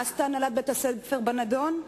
מה עשתה הנהלת בית-הספר בנדון?